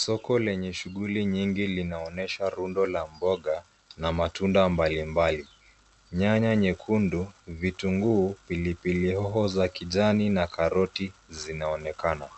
Soko lenye shughuli nyingi linaonesha rundo la mboga na matunda mbali mbali. Nyanya nyekundu, vitunguu, pilipili hoho za kijani, na karoti zinaonekana.